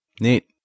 Neat